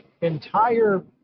entire